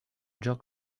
joc